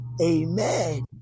Amen